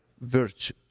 virtue